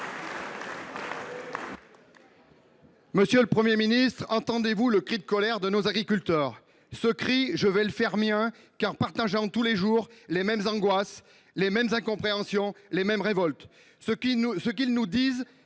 Monsieur le Premier ministre, entendez vous le cri de colère de nos agriculteurs ? Ce cri, je vais le faire mien, car je partage tous les jours les mêmes angoisses, les mêmes incompréhensions, les mêmes révoltes. Ce qu’ils nous disent,